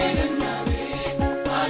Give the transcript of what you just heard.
and i